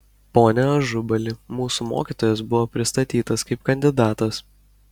pone ažubali mūsų mokytojas buvo pristatytas kaip kandidatas